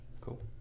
Cool